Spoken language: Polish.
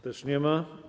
Też nie ma.